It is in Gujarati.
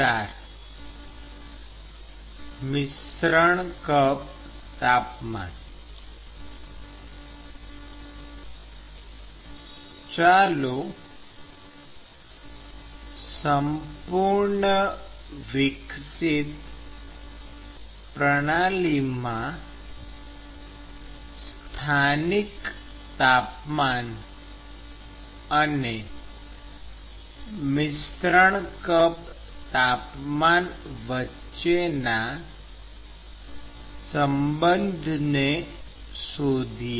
ચાલો સંપૂર્ણ વિકસિત પ્રણાલીમાં સ્થાનિક તાપમાન અને મિશ્રણ કપ તાપમાન વચ્ચેના સંબંધને શોધીએ